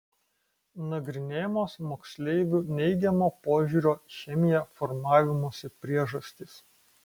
nagrinėjamos moksleivių neigiamo požiūrio į chemiją formavimosi priežastys